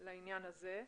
לעניין הזה.